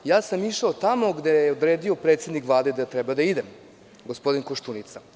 Ja sam išao tamo gde je odredio predsednik Vlade da treba da idem, gospodin Koštunica.